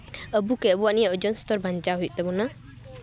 ᱟᱵᱚᱜᱮ ᱟᱵᱚᱣᱟᱜ ᱱᱤᱭᱟᱹ ᱳᱡᱚᱱ ᱚᱥᱛᱚᱨ ᱵᱟᱧᱪᱟᱣ ᱦᱩᱭᱩᱜ ᱛᱟᱵᱚᱱᱟ